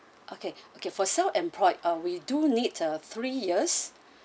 okay okay for self-employed ah we do need uh three years